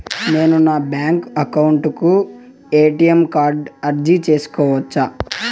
నేను నా bank account కు ఎ.టి.ఎం కార్డు అర్జీ సేసుకోవచ్చా?